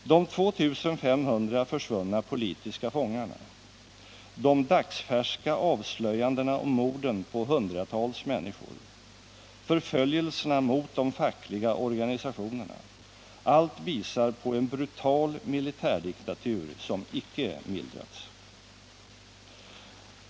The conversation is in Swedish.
De 2 500 försvunna politiska fångarna, de dagsfärska avslöjandena om morden på hundratals människor, förföljelserna mot de fackliga organisationerna — allt visar på en brutal militärdiktatur som icke mildrats.